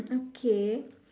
okay